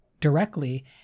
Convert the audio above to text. directly